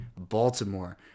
Baltimore